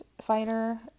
fighter